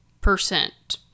percent